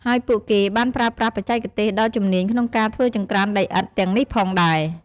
ហើយពួកគេបានប្រើប្រាស់បច្ចេកទេសដ៏ជំនាញក្នុងការធ្វើចង្ក្រានដីឥដ្ឋទាំងនេះផងដែរ។